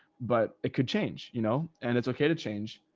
but it could change, you know, and it's okay to change,